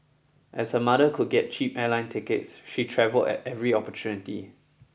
as her mother could get cheap airline tickets she travelled at every opportunity